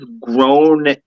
grown